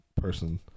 person